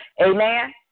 Amen